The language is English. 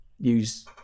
use